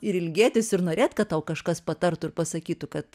ir ilgėtis ir norėt kad tau kažkas patartų ir pasakytų kad